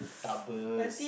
starburst